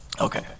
Okay